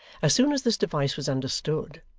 as soon as this device was understood,